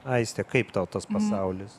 aiste kaip tau tas pasaulis